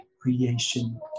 creation